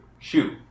Shoot